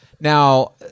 Now